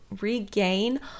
regain